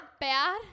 bad